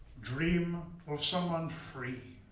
dream of someone free.